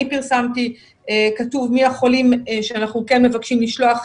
פרסמתי כתוב מי החולים שאנחנו כן מבקשים לשלוח